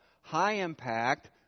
high-impact